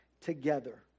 together